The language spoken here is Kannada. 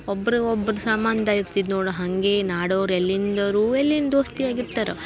ಒಬ್ರಿಗೆ ಒಬ್ರು ಸಂಬಂಧ ಇರ್ತಿತ್ತು ನೋಡಿ ಹಾಗೆ ನಾಡೋರು ಎಲ್ಲಿಂದಾರು ಎಲ್ಲಿಂದ ದೋಸ್ತಿ ಆಗಿರ್ತಾರ್